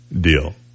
deal